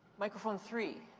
microphone three.